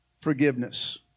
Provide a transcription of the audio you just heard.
Forgiveness